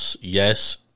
Yes